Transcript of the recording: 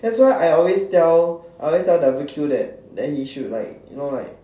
that's why I always tell I always tell W_Q that he should like you know like